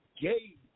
gay